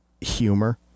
Humor